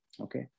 Okay